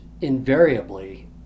invariably